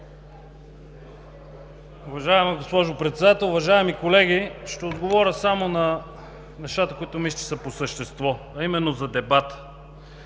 Уважаема госпожо Председател, уважаеми колеги! Ще отговоря само на нещата, които мисля, че са по същество, а именно за дебата.